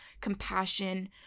compassion